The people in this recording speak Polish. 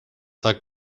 tak